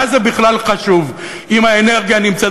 מה זה בכלל חשוב אם האנרגיה נמצאת